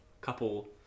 couple